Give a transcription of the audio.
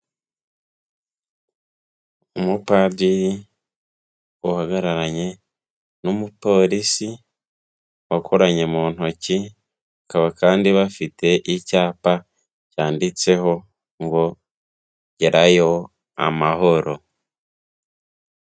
Umupadiri uhagararanye n'umupolisi, bakoranye mu ntoki, bakaba kandi bafite icyapa cyanditseho ngo: Gerayo amahoro.